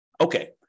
Okay